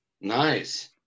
Nice